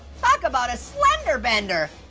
talk about a slender bender.